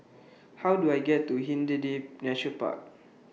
How Do I get to Hindhede Nature Park